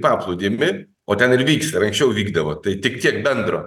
paplūdimį o ten ir vyksta ir anksčiau vykdavo tai tik tiek bendro